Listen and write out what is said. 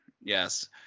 yes